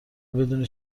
بدونی